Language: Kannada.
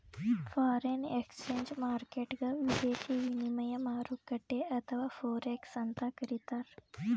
ಫಾರೆನ್ ಎಕ್ಸ್ಚೇಂಜ್ ಮಾರ್ಕೆಟ್ಗ್ ವಿದೇಶಿ ವಿನಿಮಯ ಮಾರುಕಟ್ಟೆ ಅಥವಾ ಫೋರೆಕ್ಸ್ ಅಂತ್ ಕರಿತಾರ್